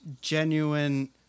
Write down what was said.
genuine